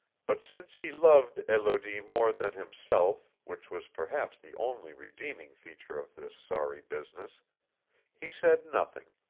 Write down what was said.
but since he loved elodie more than himself which was perhaps the only redeeming feature of this sorry business he said nothing,